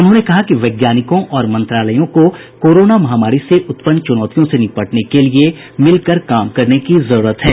उन्होंने कहा कि वैज्ञानिकों और मंत्रालयों को कोरोना महामारी से उत्पन्न चुनौतियों से निपटने के लिए मिल कर काम करने की जरूरत है